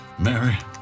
Mary